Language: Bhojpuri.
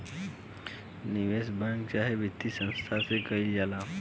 निवेश बैंक चाहे वित्तीय संस्थान के द्वारा कईल जाला